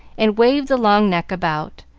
and waved the long neck about,